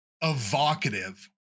evocative